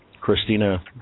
Christina